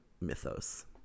mythos